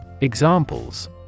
Examples